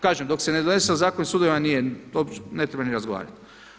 Kažem dok se ne donese Zakon o sudovima to ne treba ni razgovarati.